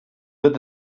wird